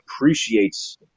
appreciates